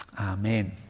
Amen